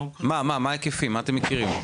מה, מה ההיקפים, מה אתם מכירים?